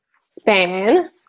span